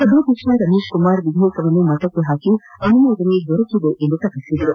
ಸಭಾಧ್ಯಕ್ಷ ರಮೇಶ್ ಕುಮಾರ್ ವಿಧೇಯಕವನ್ನು ಮತಕ್ಕೆ ಹಾಕಿ ಅನುಮೋದನೆ ದೊರೆಕಿದೆ ಎಂದು ಪ್ರಕಟಿಸಿದರು